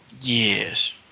yes